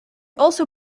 also